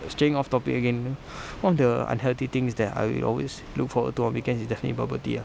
straying off topic again one of the unhealthy things that I will always look for to err weekends is definitely bubble tea ah